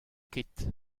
ket